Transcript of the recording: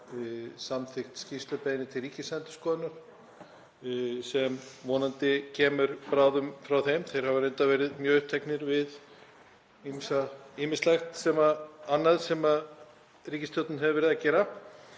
samþykkt skýrslubeiðni til Ríkisendurskoðunar sem vonandi kemur bráðum frá þeim. Þeir hafa reyndar verið mjög uppteknir við ýmislegt annað sem ríkisstjórnin hefur verið að gera,